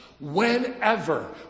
whenever